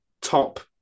top